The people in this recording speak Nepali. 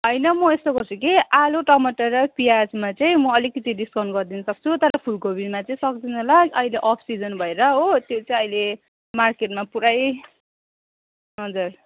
होइन म यस्तो गर्छु कि आलु टमाटर र प्याजमा चाहिँ म अलिकति डिस्काउन्ट गरिदिनु सक्छु तर फुलकोपीमा चाहिँ सक्दिनँ ल अहिले अफ् सिजन भएर हो त्यो चाहिँ अहिले मार्केटमा पुरै हजुर